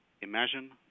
Imagine